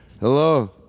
Hello